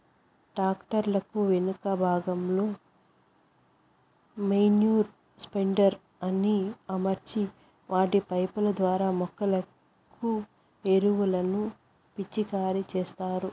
tractor కు వెనుక భాగంలో మేన్యుర్ స్ప్రెడర్ ని అమర్చి వాటి పైపు ల ద్వారా మొక్కలకు ఎరువులను పిచికారి చేత్తారు